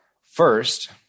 First